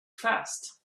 first